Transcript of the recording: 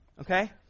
Okay